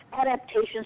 adaptations